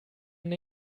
den